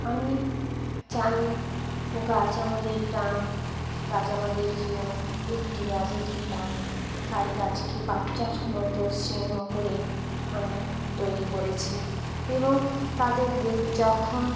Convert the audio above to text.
আমি জানি গাছ আমাদের প্রাণ গাছ আমাদের জীবন একটি গাছ একটি প্রাণ তাই গাছকে বাচ্চার মতো স্নেহ করে আমি তৈরি করেছি এবং তাদের দেখ যখন